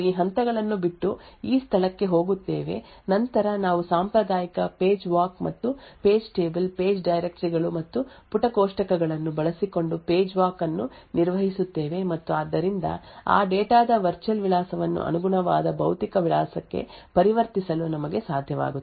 ಈ ನಿರ್ದಿಷ್ಟ ಸಂದರ್ಭದಲ್ಲಿ ಅದು ಇಲ್ಲ ಆದ್ದರಿಂದ ನಾವು ಈ ಹಂತಗಳನ್ನು ಬಿಟ್ಟು ಈ ಸ್ಥಳಕ್ಕೆ ಹೋಗುತ್ತೇವೆ ನಂತರ ನಾವು ಸಾಂಪ್ರದಾಯಿಕ ಪೇಜ್ ವಾಕ್ ಮತ್ತು ಪೇಜ್ ಟೇಬಲ್ ಪುಟ ಡೈರೆಕ್ಟರಿ ಗಳು ಮತ್ತು ಪುಟ ಕೋಷ್ಟಕಗಳನ್ನು ಬಳಸಿಕೊಂಡು ಪುಟ ವಾಕ್ ಅನ್ನು ನಿರ್ವಹಿಸುತ್ತೇವೆ ಮತ್ತು ಆದ್ದರಿಂದ ಆ ಡೇಟಾ ದ ವರ್ಚುಯಲ್ ವಿಳಾಸವನ್ನು ಅನುಗುಣವಾದ ಭೌತಿಕ ವಿಳಾಸಕ್ಕೆ ಪರಿವರ್ತಿಸಲು ನಮಗೆ ಸಾಧ್ಯವಾಗುತ್ತದೆ